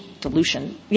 dilution